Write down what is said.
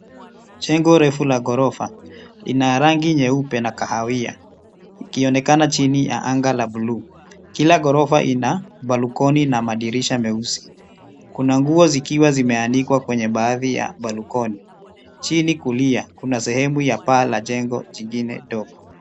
Jengo refu la gorofa ina rangi nyeupe na kahawia ikionekana chini ya anga la Blue kila gorofa ina balkoni na madirisha meusi . Kuna nguo zikiwa zimeanikwa kwenye baadhi balkoni . Chini kulia kuna sehemu ya paa la jengo jingine ndogo.